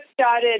started